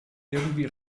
irgendwie